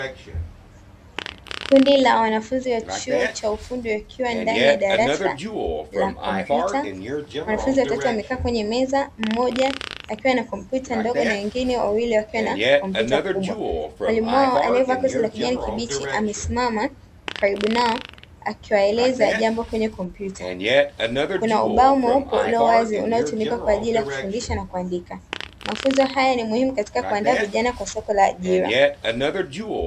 Kundi la wanafunzi wa chuo cha ufundi wakiwa ndani ya darasa la kompyuta, wanafunzi watatu wamekaa kwenye meza mmoja akiwa na kompyuta ndogo na wengine wawili wakiwa na kompyuta kubwa. Mwalimu wao aliyevaa koti la kijani kibichi amesimama karibu nao, akiwaeleza jambo kwenye kompyuta. Kuna ubao mweupe ulio wazi unaotumika kwa ajili ya kufundisha na kuandika, mafunzo haya ni muhimu kwa ajili ya kuandaa vijana kwa soko la ajira.